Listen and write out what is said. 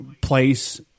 place